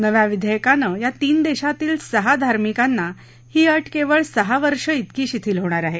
नव्या विधेयकानं या तीन देशातील सहा धार्मिकांना ही अट केवळ सहा वर्षे इतकी शिथील होणार आहे